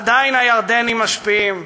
עדיין הירדנים משפיעים,